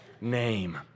name